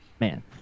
Man